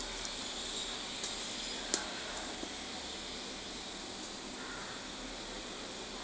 uh